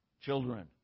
children